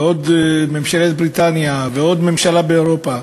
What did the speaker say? ועוד ממשלת בריטניה, ועוד ממשלה באירופה,